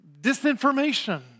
disinformation